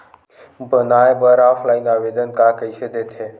बनाये बर ऑफलाइन आवेदन का कइसे दे थे?